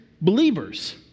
believers